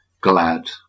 glad